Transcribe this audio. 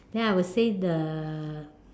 then I will say the